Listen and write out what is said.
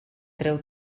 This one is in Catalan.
trau